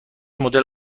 مدل